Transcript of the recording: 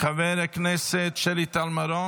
חבר הכנסת עידן רול,